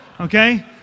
okay